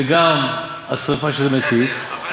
וגם השרפה שזה מצית,